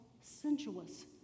sensuous